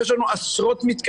יש לנו עשרות מתקנים.